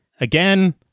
Again